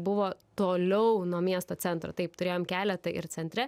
buvo toliau nuo miesto centro taip turėjom keletą ir centre